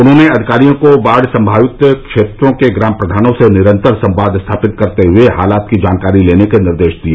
उन्होंने अधिकारियों को बाढ़ संमावित क्षेत्रों के ग्राम प्रधानों से निरन्तर संवाद स्थापित करते हुए हालात की जानकारी लेने के निर्देश दिए